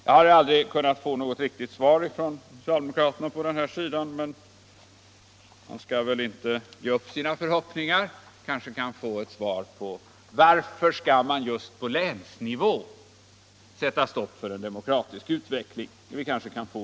Jag har aldrig kunnat få något riktigt svar från socialdemokraterna på den frågan, men man skall väl inte ge upp sina förhoppningar på den punkten, och vi kanske kan få ett besked i dag om varför man just på länsnivå skall sätta stopp för en demokratisk utveckling.